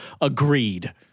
Agreed